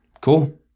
Cool